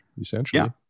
essentially